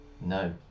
No